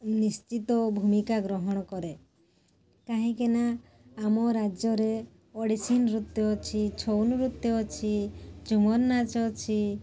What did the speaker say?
ନିଶ୍ଚିତ ଭୂମିକା ଗ୍ରହଣ କରେ କାହିଁକିନା ଆମ ରାଜ୍ୟରେ ଓଡ଼ିଶୀ ନୃତ୍ୟ ଅଛି ଛଉ ନୃତ୍ୟ ଅଛି ଝୁମର୍ ନାଚ ଅଛି